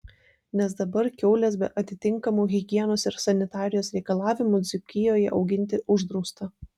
nes dabar kiaules be atitinkamų higienos ir sanitarijos reikalavimų dzūkijoje auginti uždrausta